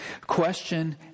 Question